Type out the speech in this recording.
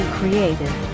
creative